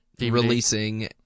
releasing